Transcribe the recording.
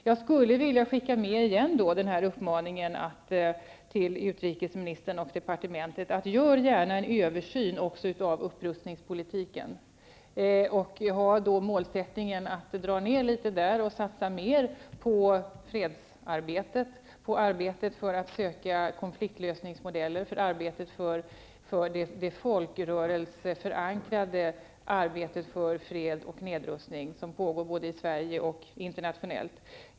Jag skulle åter vilja skicka med följande uppmaning till utrikesministern och departementet: Gör gärna en översyn också att upprustningspolitiken och ha då målsättningen att dra ned litet där och satsa mer på fredsarbetet, på arbetet med att söka konfliktlösningsmodeller och på det folkrörelseförankrade arbetet för fred och nedrustning som pågår både i Sverige och internationellt.